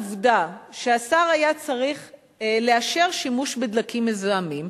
העובדה שהשר היה צריך לאשר שימוש בדלקים מזהמים